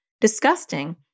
disgusting